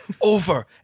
over